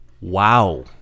wow